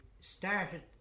started